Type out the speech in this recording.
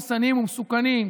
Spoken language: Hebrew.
הרסניים ומסוכנים,